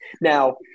Now